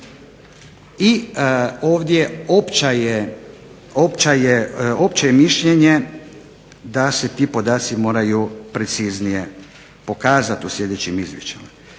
i ovdje opće je mišljenje da se ti podaci moraju preciznije pokazati u sljedećem izvješću.